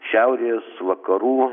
šiaurės vakarų